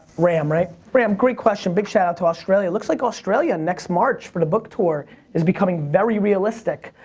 ram, right ram, great question, big shout out to australia. looks like australia next march for the book tour is becoming very realistic.